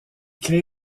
crée